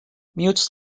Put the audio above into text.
mutes